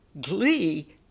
glee